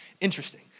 interesting